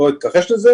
לא אתכחש לזה.